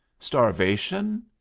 starvation?